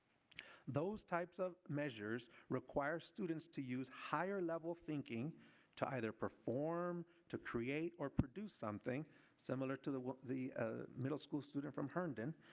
those types of measures require students to use higher-level thinking to either perform, to create or produce something similar to the the ah middle school student from herndon,